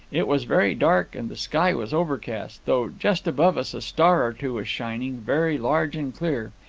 it was very dark, and the sky was overcast, though just above us a star or two was shining, very large and clear.